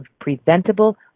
preventable